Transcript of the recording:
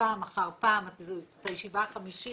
שפעם אחר פעם, זו הישיבה החמישית.